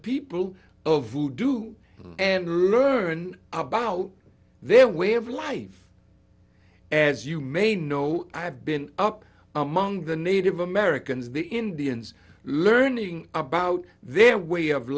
people of new do and learn about their way of life as you may know i have been up among the native americans the indians learning about their way of